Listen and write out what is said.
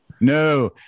No